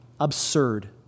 absurd